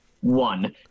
One